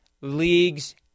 leagues